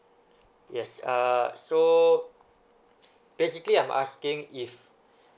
yes uh so basically I'm asking if